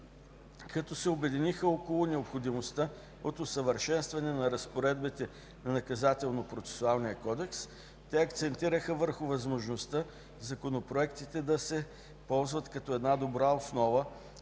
Като се обединиха около необходимостта от усъвършенстване на разпоредбите на Наказателно-процесуалния кодекс, те акцентираха върху възможността законопроектите да се ползват като една добра основа,